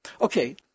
Okay